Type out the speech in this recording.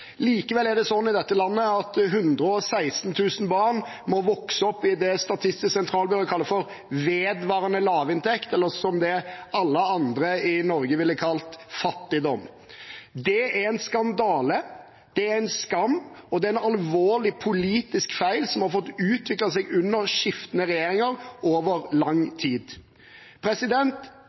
Likevel er det sånn i dette landet at 116 000 barn må vokse opp i det som Statistisk sentralbyrå kaller vedvarende lavinntekt, eller som alle andre i Norge ville kalt fattigdom. Det er en skandale, det er en skam, og det er en alvorlig politisk feil som har fått utvikle seg under skiftende regjeringer over lang tid.